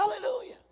Hallelujah